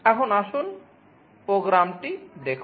এখন আসুন প্রোগ্রামটি দেখুন